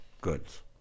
goods